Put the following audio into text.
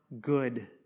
good